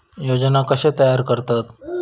योजना कशे तयार करतात?